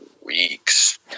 weeks